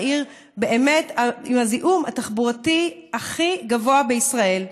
העיר עם הזיהום התחבורתי הכי גבוה בישראל.